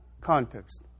context